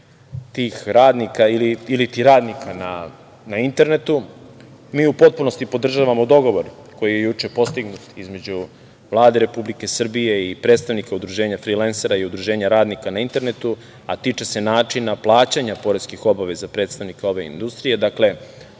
tih radnika ili radnika na internetu. Mi u potpunosti podržavamo dogovor koji je juče postignut između Vlade Republike Srbije i predstavnika udruženja frilensera i udruženja radnika na internetu, a tiče se načina plaćanja poreskih obaveza predstavnika ove industrije.